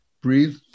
breathe